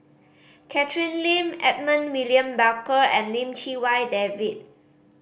Catherine Lim Edmund William Barker and Lim Chee Wai David